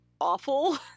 awful